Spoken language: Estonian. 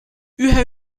ühe